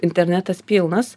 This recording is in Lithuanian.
internetas pilnas